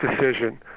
decision